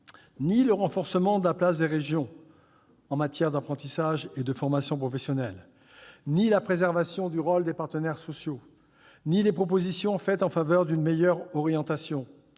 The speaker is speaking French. Ni le renforcement de la place des régions en matière d'apprentissage et de formation professionnelle, ni la préservation du rôle des partenaires sociaux, ni les propositions faites en faveur d'une meilleure orientation,